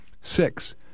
Six